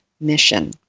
mission